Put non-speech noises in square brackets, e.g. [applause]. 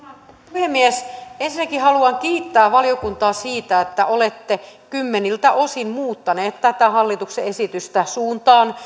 puhemies ensinnäkin haluan kiittää valiokuntaa siitä että olette kymmeniltä osin muuttaneet tätä hallituksen esitystä suuntaan [unintelligible]